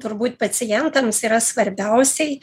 turbūt pacientams yra svarbiausiai